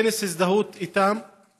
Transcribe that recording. חברות וחברי הכנסת, אני רוצה להביא בנאום